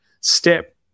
step